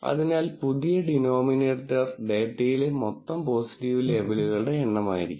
അതിനാൽ പുതിയ ഡിനോമിനേറ്റർ ഡാറ്റയിലെ മൊത്തം പോസിറ്റീവ് ലേബലുകളുടെ എണ്ണമായിരിക്കണം